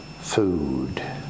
food